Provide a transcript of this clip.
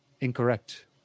Incorrect